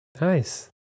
nice